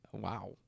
Wow